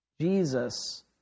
Jesus